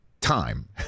time